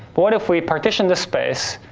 but what if we partition the space,